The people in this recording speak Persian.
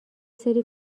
سری